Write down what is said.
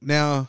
Now